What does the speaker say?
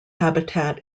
habitat